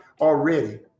already